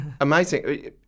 Amazing